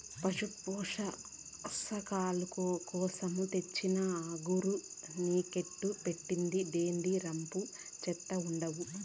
పశుల పోసణ కోసరం తెచ్చిన అగరు నీకెట్టా పెట్టేది, ఏందీ రంపు చేత్తండావు